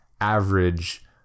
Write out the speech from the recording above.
average